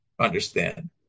Understand